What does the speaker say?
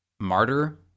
martyr